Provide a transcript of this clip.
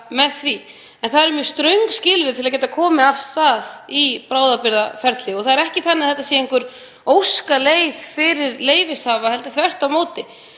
með því. En það eru mjög ströng skilyrði fyrir því að koma af stað bráðabirgðaferli og það er ekki þannig að þetta sé einhver óskaleið fyrir leyfishafa, heldur þvert á móti.